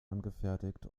angefertigt